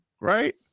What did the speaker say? Right